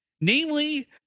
Namely